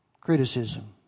criticism